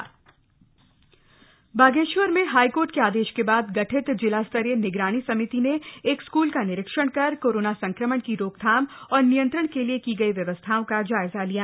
school निरीक्षण बागष्ठवर में high court का आदश का बाद गठित जिला स्तरीय निगरानी समिति न एक स्कूल का निरीक्षण कर कोरोना संक्रमण की रोकथाम और नियंत्रण का लिए की गई व्यवस्थाओं का जायजा लिया